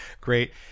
Great